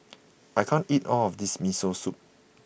I can't eat all of this Miso Soup